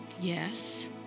yes